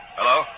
Hello